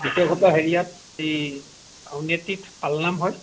বিশেষকৈ হেৰিয়াত এই আউনীআটিত পালনাম হয়